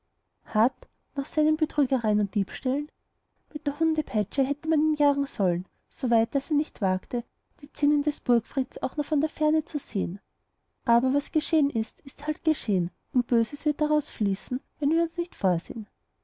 hart nach seinen betrügereien und diebstählen mit der hundepeitsche hätte man ihn jagen sollen so weit daß er nicht wagte die zinnen des burgfrieds auch nur von ferne zu sehen aber was geschehen ist ist halt geschehen und böses wird daraus fließen wenn wir uns nicht vorsehen